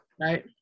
right